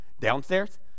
Downstairs